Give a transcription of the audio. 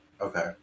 Okay